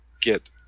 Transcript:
get